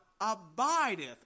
abideth